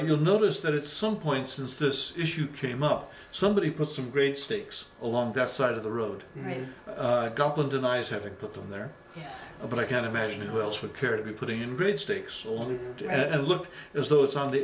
you'll notice that it's some point since this issue came up somebody put some great sticks along that side of the road made up of denies having put them there but i can't imagine who else would care to be putting in big stakes only to look as though it's on the